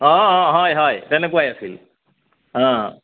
অঁ অঁ হয় হয় তেনেকুৱাই আছিল অঁ